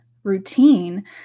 routine